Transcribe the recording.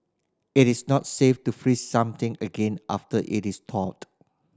it is not safe to freeze something again after it is thawed